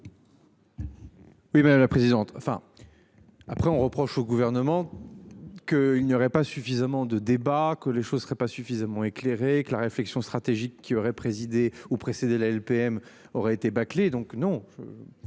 Oui madame la présidente, enfin. Après, on reproche au gouvernement. Que il n'y aurait pas suffisamment de débat que les choses seraient pas suffisamment éclairée que la réflexion stratégique qui aurait présidé ou précéder la LPM aurait été bâclé donc non.